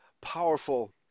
powerful